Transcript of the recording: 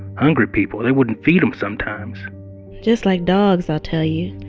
hungry people they wouldn't feed them sometimes just like dogs, i'll tell you.